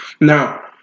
Now